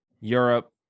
Europe